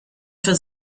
für